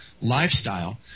lifestyle